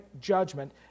judgment